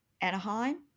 Anaheim